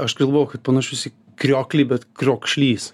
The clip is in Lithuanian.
aš galvojau kad panašus į krioklį bet kriokšlys